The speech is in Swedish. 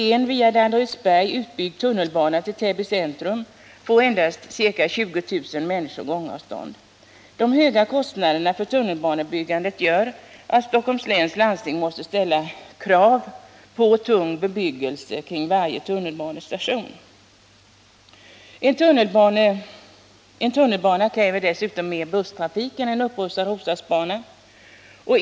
En via Danderydsberg utbyggd tunnelbana till Täby centrum skulle endast ca 20 000 människor ha på gångavstånd. De höga kostnaderna för tunnelbanebyggandet gör att Stockholms läns landsting måste ställa krav på tung bebyggelse kring varje tunnelbanestation. En tunnelbana kräver dessutom en mer omfattande busstrafik än en upprustad Roslagsbana.